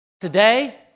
Today